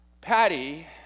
Patty